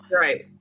Right